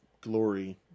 glory